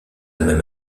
même